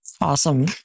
Awesome